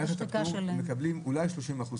תלמודי התורה מקבלים אולי 30% תקציב.